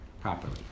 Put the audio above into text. properly